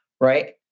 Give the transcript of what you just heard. right